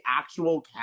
actual